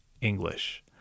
English